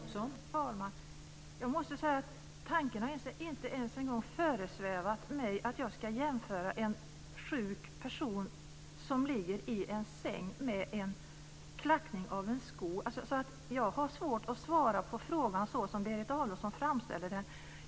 Fru talman! Jag måste säga att tanken inte ens har föresvävat mig att jag ska jämföra en sjuk person som ligger i en säng med en klackning av en sko. Jag har svårt att svara på frågan såsom Berit Adolfsson framställer den.